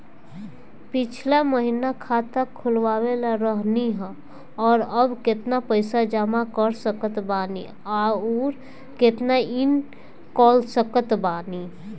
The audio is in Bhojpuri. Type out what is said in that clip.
पिछला महीना खाता खोलवैले रहनी ह और अब केतना पैसा जमा कर सकत बानी आउर केतना इ कॉलसकत बानी?